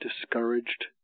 discouraged